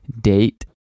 date